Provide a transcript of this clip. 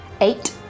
Eight